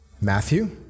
Matthew